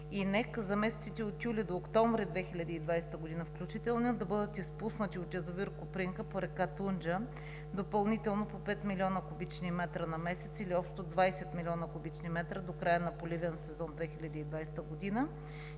за месеците от юли до октомври 2020 г. включително да бъдат изпуснати от язовир „Копринка“ по река Тунджа допълнително по 5 млн. куб. м на месец, или общо 20 млн. куб. м до края на поливен сезон 2020 г.